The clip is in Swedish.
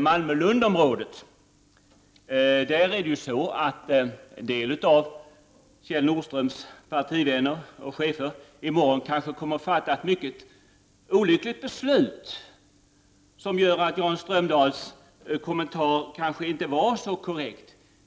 Malmö—Lund-området. Där kommer en del av Kjell Nordströms partivänner och chefer att i morgon fatta ett mycket olyckligt beslut som gör att Jan Strömdahls kommentar kanske inte var så korrekt.